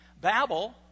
Babel